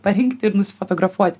parinkti ir nusifotografuoti